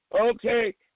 okay